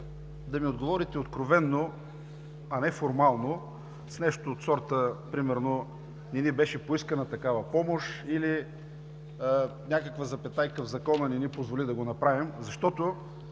да ми отговорите откровено, а не формално с нещо от сорта, примерно: не ни беше поискана такава помощ или някаква запетайка в Закона не ни позволи да го направим, защото,